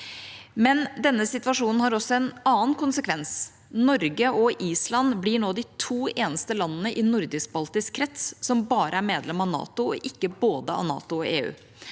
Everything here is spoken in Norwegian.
Denne situasjonen har også en annen konsekvens. Norge og Island blir nå de to eneste landene i nordisk– baltisk krets som bare er medlem av NATO, ikke av både NATO og EU.